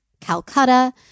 Calcutta